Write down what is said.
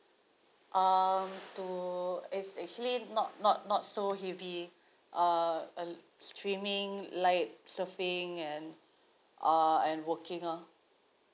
um to it's actually not not not so heavy uh streaming like surfing and uh and working oh